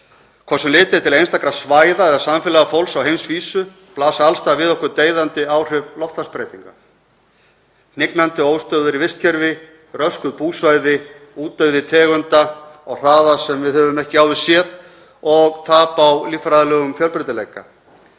Hvort sem litið er til einstakra svæða eða samfélaga fólks á heimsvísu blasa alls staðar við okkur deyðandi áhrif loftslagsbreytinga; hnignandi, óstöðugri vistkerfi, röskuð búsvæði, útdauði tegunda á hraða sem við höfum ekki áður séð og tap á líffræðilegum fjölbreytileika.